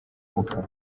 gupfa